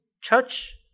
church